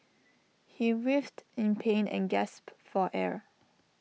he writhed in pain and gasped for air